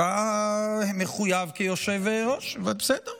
אתה מחויב כיושב-ראש, בסדר.